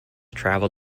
traveled